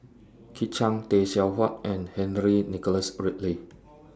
Kit Chan Tay Seow Huah and Henry Nicholas Ridley